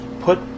put